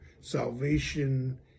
salvation